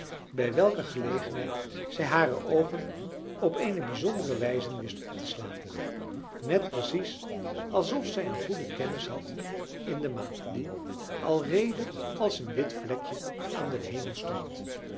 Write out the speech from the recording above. bij welke gelegenheid zij hare oogen op eene bijzondere wijze wist op te slaan net precies alsof zij een goede kennis had in de maan die alreede als een wit vlekje aan den hemel stond